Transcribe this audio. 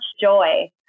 joy